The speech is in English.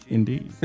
Indeed